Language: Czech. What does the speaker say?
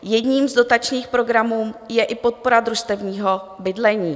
Jedním z dotačních programů je i podpora družstevního bydlení.